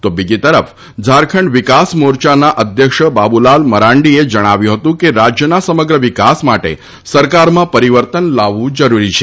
તો બીજી તરફ ઝારખંડ વિકાસ મોર્ચાના અધ્યક્ષ બાબુલાલ મરાંડીએ જણાવ્યું કે રાજયના સમગ્ર વિકાસ માટે સરકારમાં પરિવર્તન લાવવું જરૂરી છે